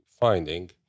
finding